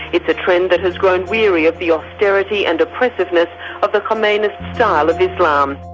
it's a trend that has grown weary of the austerity and oppressiveness of the khomeinist style of islam.